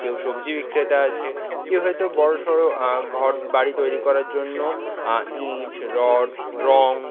কেউ সবজি বিক্রেতা আছে কেউ হয়তো বড় সড় ঘর বাড়ি তৈরি করার জন্য ইঁট রড রং